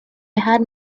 had